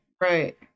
right